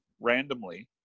randomly